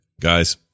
Guys